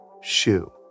shoe